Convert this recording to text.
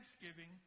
thanksgiving